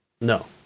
no